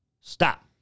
Stop